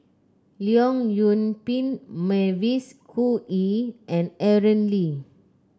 Leong Yoon Pin Mavis Khoo Oei and Aaron Lee